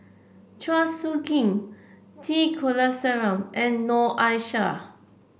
Chua Soo Khim T Kulasekaram and Noor Aishah